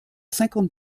cinquante